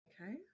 Okay